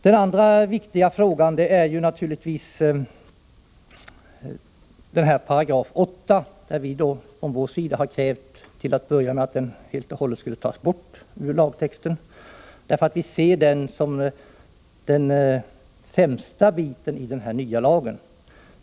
Den andra viktiga frågan är naturligtvis 8 §. Från vår sida har vi till att börja med krävt att den helt och hållet skulle tas bort ur lagtexten, eftersom vi ser den som den sämsta biten i den nya lagen.